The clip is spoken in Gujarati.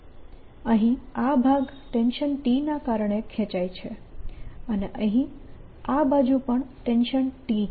અહીં આ ભાગ ટેન્શન T ના કારણે ખેંચાય છે અને અહીં આ બાજુ પણ ટેન્શન T છે